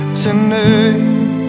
tonight